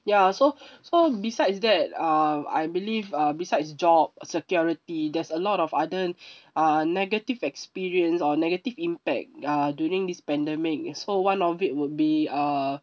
ya so so besides that uh I believe uh besides job security there's a lot of other uh negative experience or negative impact uh during this pandemic and so one of it would be uh